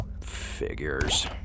Figures